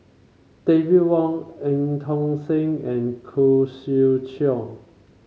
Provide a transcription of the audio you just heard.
David Wong En Tong Sen and Khoo Swee Chiow